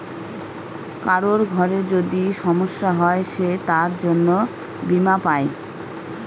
কারোর ঘরে যদি সমস্যা হয় সে তার জন্য বীমা পাই